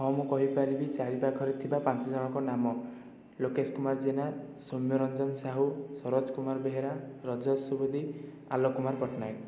ହଁ ମୁଁ କହିପାରିବି ଚାରିପାଖରେ ଥିବା ପାଞ୍ଚଜଣଙ୍କ ନାମ ଲୋକେଶ କୁମାର ଜେନା ସୌମ୍ୟରଞ୍ଜନ ସାହୁ ସରୋଜ କୁମାର ବେହେରା ରଜେଶ ସୁବୁଦ୍ଧି ଆଲୋକ କୁମାର ପଟ୍ଟନାୟକ